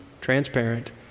transparent